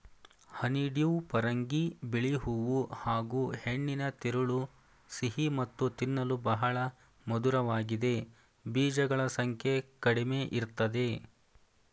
honeydew ಪರಂಗಿ ಬಿಳಿ ಹೂ ಹಾಗೂಹೆಣ್ಣಿನ ತಿರುಳು ಸಿಹಿ ಮತ್ತು ತಿನ್ನಲು ಬಹಳ ಮಧುರವಾಗಿದೆ ಬೀಜಗಳ ಸಂಖ್ಯೆ ಕಡಿಮೆಇರ್ತದೆ